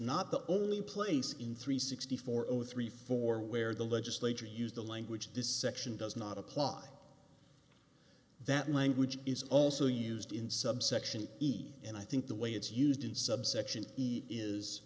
not the only place in three sixty four zero three four where the legislature used the language to section does not apply that language is also used in subsection eat and i think the way it's used in subsection is